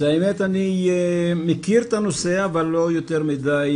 האמת היא שאני מכיר את הנושא אבל לא יותר מדי